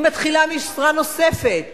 היא מתחילה משרה נוספת כאמא,